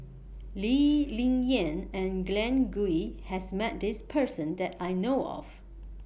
Lee Ling Yen and Glen Goei has Met This Person that I know of